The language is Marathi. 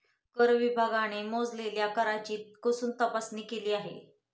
कर विभागाने मोजलेल्या कराची कसून तपासणी केली आहे